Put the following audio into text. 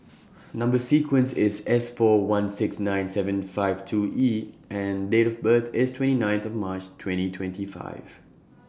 Number sequence IS S four one six nine seven five two E and Date of birth IS twenty ninth of March twenty twenty five